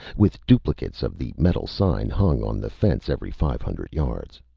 with duplicates of the metal sign hung on the fence every five hundred yards.